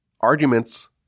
arguments